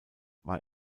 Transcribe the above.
war